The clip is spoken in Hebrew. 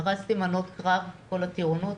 ארזתי מנות קרב במשך כל הטירונות.